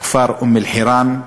הכפר אום-אלחיראן.